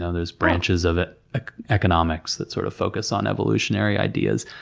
ah there's branches of economics that, sort of, focus on evolutionary ideas.